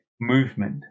movement